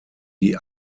die